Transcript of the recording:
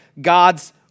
God's